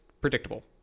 predictable